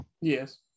Yes